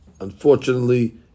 Unfortunately